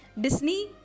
Disney